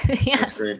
Yes